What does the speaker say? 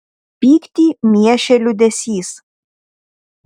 pyktį miešė liūdesys